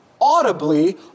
audibly